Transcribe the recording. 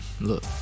look